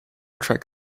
trek